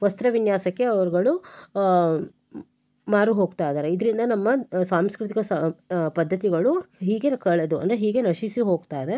ವಸ್ತ್ರ ವಿನ್ಯಾಸಕ್ಕೆ ಅವರುಗಳು ಮಾರು ಹೋಗ್ತಾ ಇದಾರೆ ಇದರಿಂದ ನಮ್ಮ ಸಾಂಸ್ಕ್ರತಿಕ ಸ ಪದ್ಧತಿಗಳು ಹೀಗೆ ಕಳೆದು ಅಂದರೆ ಹೀಗೆ ನಶಿಸಿ ಹೋಗ್ತಾ ಇದೆ